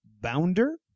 Bounder